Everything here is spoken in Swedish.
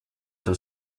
tar